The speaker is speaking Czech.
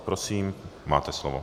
Prosím, máte slovo.